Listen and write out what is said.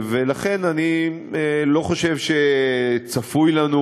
ולכן אני לא חושב שצפויות לנו